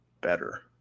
better